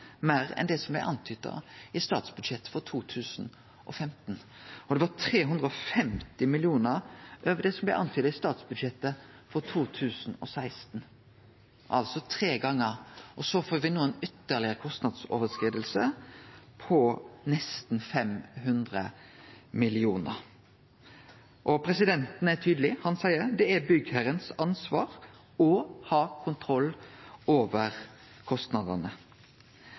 meir enn det som var antyda i statsbudsjettet for 2015, og det var 350 mill. kr over det som var antyda i statsbudsjettet for 2016 – altså tre gonger. Så får me no ei ytterlegare kostnadsoverskriding, på nesten 500 mill. kr. Og presidenten er tydeleg. Han seier: Det er byggherrens ansvar å ha kontroll over